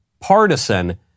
partisan